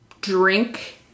drink